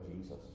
Jesus